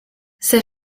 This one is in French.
c’est